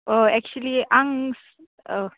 अ actually आं